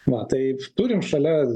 va taip turim šalia